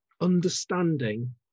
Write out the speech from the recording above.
understanding